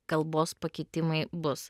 kalbos pakitimai bus